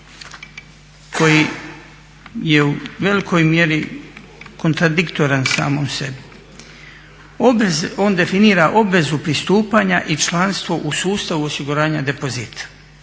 koji je u velikoj mjeri kontradiktoran samom sebi. On definira obvezu pristupanja i članstvo u sustavu osiguranja depozita.